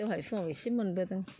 दहाय फुंआव इसे मोनबोदों